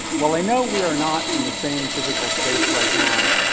while i know we are not in the same physical space right now,